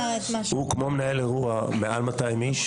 הוא כמו מנהל אירוע מעל 200 איש.